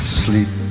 sleep